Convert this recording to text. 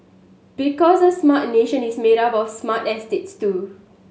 because a smart nation is made up of smart estates too